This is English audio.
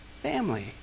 family